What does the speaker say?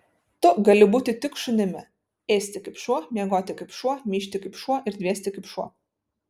tu gali būti tik šunimi ėsti kaip šuo miegoti kaip šuo myžti kaip šuo ir dvėsti kaip šuo